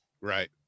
Right